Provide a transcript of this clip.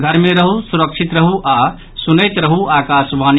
घर मे रहू सुरक्षित रहू आ सुनैत रहू आकाशवाणी